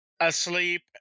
asleep